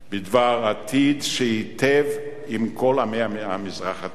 בדבר עתיד שייטיב עם כל עמי המזרח התיכון.